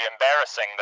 embarrassing